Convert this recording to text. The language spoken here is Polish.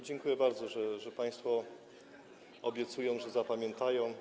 Dziękuję bardzo, że państwo obiecują, że zapamiętają.